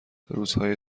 روزهای